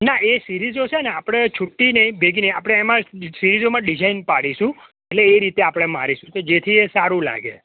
ના એ સિરીજો છે ને આપડે છૂટી નય ભેગી નય આપડે એમા સિરિજૉમાં ડિજાઇન પાડીશું એટલે એ રીતે આપડે મારીશું કે જેથી એ સારું લાગે